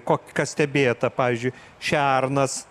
ko kas stebėta pavyzdžiui šernas